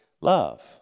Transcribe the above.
love